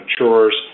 matures